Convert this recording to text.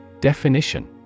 Definition